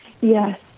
Yes